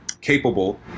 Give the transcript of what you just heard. capable